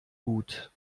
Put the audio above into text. gut